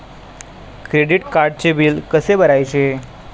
Credit कार्डचे bill कसे भरायचे?